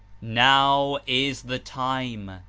now is the time!